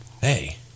Hey